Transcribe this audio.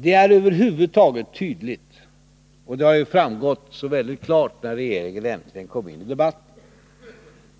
Det är över huvud taget tydligt, och detta har ju framgått så klart när regeringen äntligen kom in i debatten,